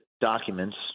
documents